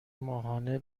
ماهانه